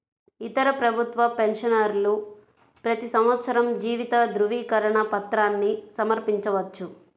ఇతర ప్రభుత్వ పెన్షనర్లు ప్రతి సంవత్సరం జీవిత ధృవీకరణ పత్రాన్ని సమర్పించవచ్చు